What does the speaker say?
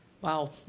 Wow